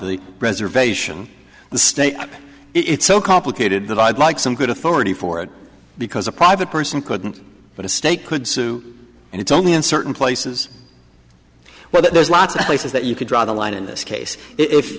the reservation the state it's so complicated that i'd like some good authority for it because a private person couldn't but a state could sue and it's only in certain places well there's lots of places that you could draw the line in this case if